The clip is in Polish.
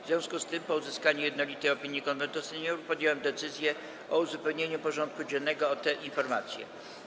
W związku z tym, po uzyskaniu jednolitej opinii Konwentu Seniorów, podjąłem decyzję o uzupełnieniu porządku dziennego o tę informację.